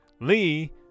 Lee